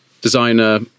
designer